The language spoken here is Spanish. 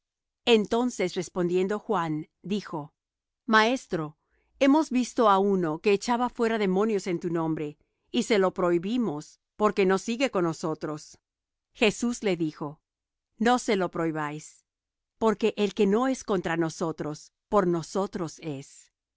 entonces respondiendo juan dijo maestro hemos visto á uno que echaba fuera demonios en tu nombre y se lo prohibimos porque no sigue con nosotros jesús le dijo no se lo prohibáis porque el que no es contra nosotros por nosotros es